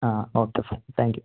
ആ okay fine thank U